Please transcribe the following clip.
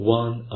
one